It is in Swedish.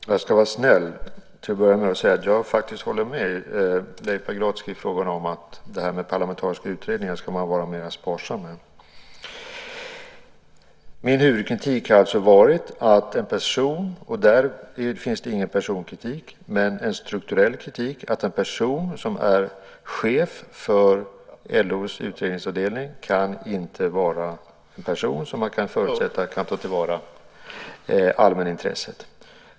Herr talman! Jag ska vara snäll, till att börja med, och säga att jag faktiskt håller med Leif Pagrotsky i fråga om att det här med parlamentariska utredningar ska man vara mera sparsam med. Min huvudkritik har alltså varit för det första: En person - därvid finns det ingen personkritik, men en strukturell kritik - som är chef för LO:s utredningsavdelning kan inte vara en person som man kan förutsätta kan ta till vara allmänintresset.